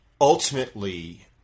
ultimately